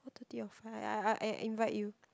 duty on Fri I I invite you